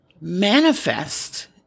manifest